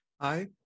Hi